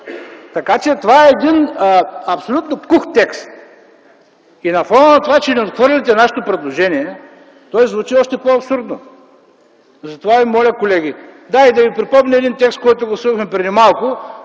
иска. Това е един абсолютно кух текст и на фона на това, че отхвърляте нашето предложение, той звучи още по-абсурдно. Да ви припомня един текст, който гласувахме преди малко,